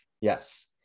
Yes